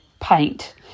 paint